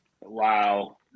Wow